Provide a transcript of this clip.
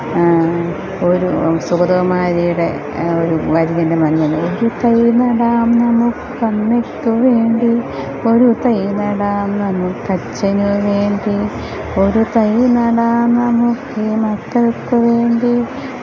ഒരു സുഗതകുമാരിയുടെ ഒരു വരി എൻ്റെ മനസ്സിൽ ഒരു തൈ നടാം നമുക്ക് അമ്മയ്ക്ക് വേണ്ടി ഒരു തൈ നടാം നമുക്ക് അച്ഛനുവേണ്ടി ഒരു തൈ നടാം നമുക്ക് ഈ മക്കൾക്ക് വേണ്ടി